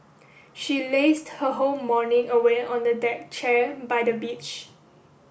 she lazed her whole morning away on a deck chair by the beach